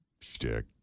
Shtick